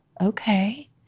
okay